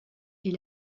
est